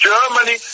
Germany